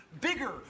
bigger